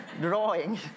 drawing